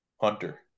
Hunter